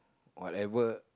whatever